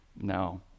No